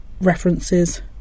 references